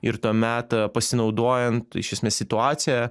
ir tuomet pasinaudojant iš esmės situacija